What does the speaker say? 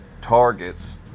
targets